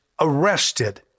arrested